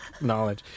knowledge